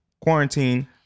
quarantine